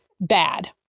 Bad